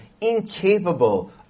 incapable